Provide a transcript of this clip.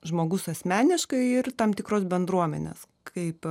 žmogus asmeniškai ir tam tikros bendruomenės kaip